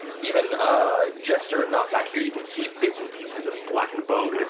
even ah jester and nott back here, you can see bits and pieces of blackened bone